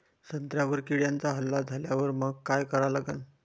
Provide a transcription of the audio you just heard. संत्र्यावर किड्यांचा हल्ला झाल्यावर मंग काय करा लागन?